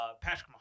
Patrick